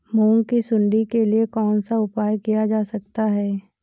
मूंग की सुंडी के लिए कौन सा उपाय किया जा सकता है?